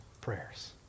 prayers